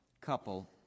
couple